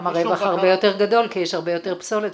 שם יש הרבה יותר פסולת,